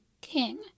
king